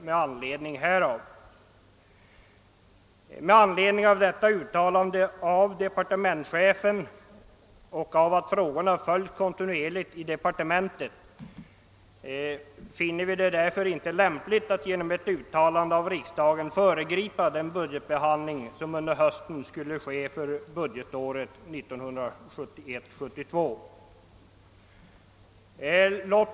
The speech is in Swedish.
Med anledning av detta uttalande av departementschefen och då frågorna följs kontinuerligt i departementet finner vi det inte lämpligt att genom ett uttalande av riksdagen föregripa den budgetbehandling som under hösten skall göras i fråga om anslaget för budgetåret 1971/72.